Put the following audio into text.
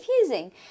confusing